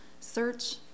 search